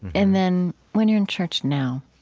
and then when you're in church now,